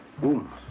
boom